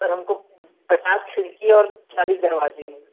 sir हमको पचास खिड़की और चालीस दरवाज़े हैं